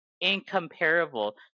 incomparable